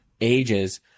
ages